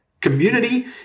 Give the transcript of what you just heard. Community